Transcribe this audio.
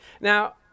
Now